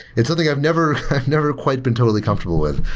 it's something i've never i've never quite been totally comfortable with.